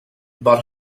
about